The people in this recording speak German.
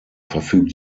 verfügt